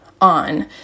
on